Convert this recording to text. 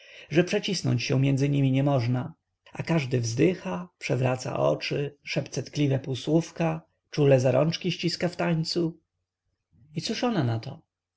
że przecisnąć się między nimi niemożna a każdy wzdycha przewraca oczy szepce tkliwe półsłówka czule za rączki ściska w tańcu i cóż ona nato